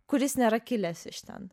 kuris nėra kilęs iš ten